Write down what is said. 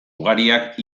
ugariak